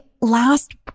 last